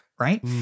Right